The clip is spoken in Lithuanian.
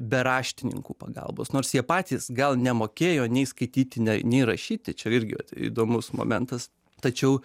be raštininkų pagalbos nors jie patys gal nemokėjo nei skaityti ne nei rašyti čia irgi įdomus momentas tačiau